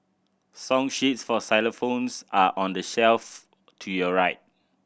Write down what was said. song sheets for xylophones are on the shelf to your right